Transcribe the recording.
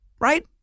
right